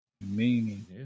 Meaning